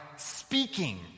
speaking